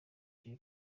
jay